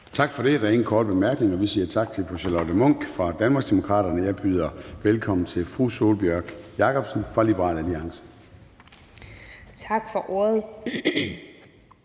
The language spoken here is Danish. Tak for det. Der er ingen korte bemærkninger. Vi siger tak til fru Charlotte Munch fra Danmarksdemokraterne. Jeg byder velkommen til fru Sólbjørg Jakobsen fra Liberal Alliance. Kl.